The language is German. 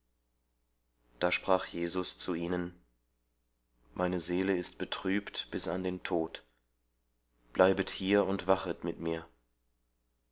da sprach jesus zu ihnen meine seele ist betrübt bis an den tod bleibet hier und wachet mit mir